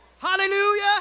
Hallelujah